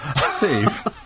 Steve